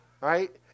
right